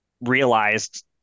realized